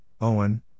Owen